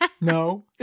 No